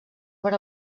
per